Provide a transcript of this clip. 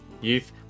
Youth